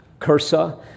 Kursa